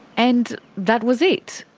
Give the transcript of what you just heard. and that was it.